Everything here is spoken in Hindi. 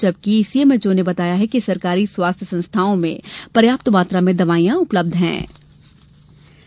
जबकि सीएमएचओ ने बताया कि सरकारी स्वास्थ्य संस्थाओं में पर्याप्त मात्रा में दवाइयां उपलब्ध कराई गई